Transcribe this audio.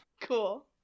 cool